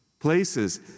Places